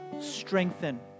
strengthen